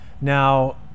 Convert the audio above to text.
Now